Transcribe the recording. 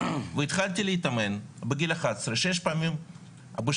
והתחלתי להתאמן, בגיל אחת עשרה, שש פעמים בשבוע.